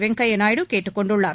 வெங்கைய நாயுடு கேட்டுக்கொண்டுள்ளார்